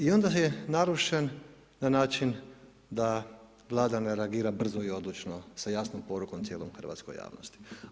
I onda je narušen na način da Vlada ne reagira brzo i odlučno sa jasnom porukom cijeloj hrvatskoj javnosti.